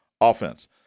offense